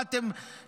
מה, אתם ישראבלוף?